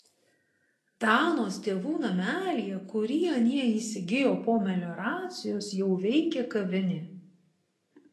danos tėvų namelyje kurį anie įsigijo po melioracijos jau veikia kavinė